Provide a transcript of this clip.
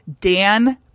Dan